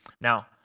Now